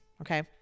okay